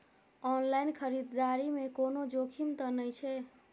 Online खरीददारी में कोनो जोखिम त नय छै?